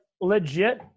legit